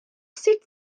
sut